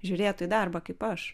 žiūrėtų į darbą kaip aš